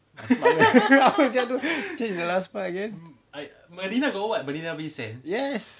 apa kamu cakap change the last part again yes